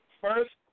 First